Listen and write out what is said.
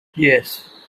yes